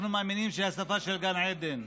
אנחנו מאמינים שהיא השפה של גן עדן,